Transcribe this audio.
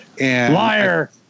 Liar